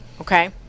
okay